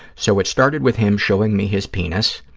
so, it started with him showing me his penis,